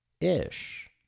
ish